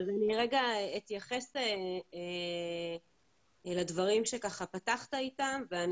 אני רגע אתייחס לדברים שפתחת איתם ואני